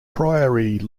prairie